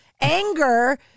anger